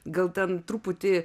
gal ten truputį